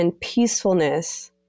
peacefulness